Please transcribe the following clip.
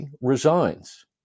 resigns